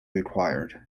required